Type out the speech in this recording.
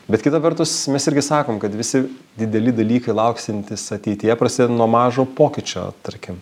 bet kita vertus mes irgi sakom kad visi dideli dalykai lauksiantys ateityje prasideda nuo mažo pokyčio tarkim